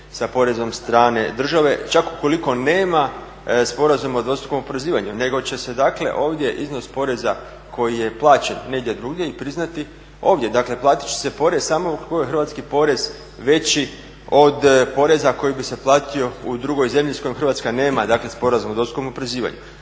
sa porezom strane države, čak ukoliko nema sporazuma o dvostrukom oporezivanju nego će se dakle ovdje iznos poreza koji je plaćen negdje drugdje priznati ovdje. Dakle platit će se porez samo … hrvatski porez veći od poreza koji bi se platio u drugoj zemlji s kojom Hrvatska nema sporazum o dvostrukom oporezivanju.